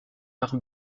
pare